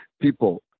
People